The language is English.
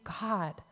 God